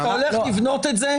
אתה הולך לבנות את זה.